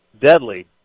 deadly